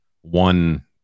one